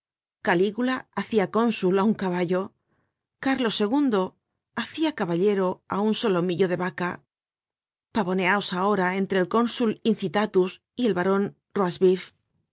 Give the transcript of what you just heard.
calígula hacia cónsul á un caballo cárlos ii hacia caballero á un solomillo de vaca pavoneaos ahora entre el cónsul incitatus y el baron